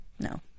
No